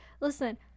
listen